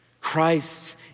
Christ